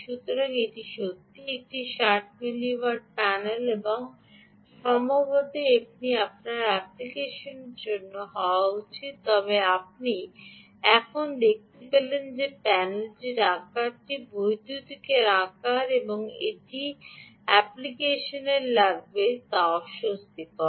সুতরাং এটি সত্যই একটি 600 মিলি ওয়াট প্যানেল এবং সম্ভবত এটি আপনার অ্যাপ্লিকেশনের জন্য হওয়া উচিত তবে আপনি এখন দেখতে পেলেন যে এই প্যানেলের আকারটি বৈদ্যুতিনের আকার এবং এতে কী অ্যাপ্লিকেশন লাগবে তা অস্বস্তিকর